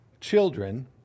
children